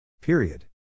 Period